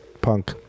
punk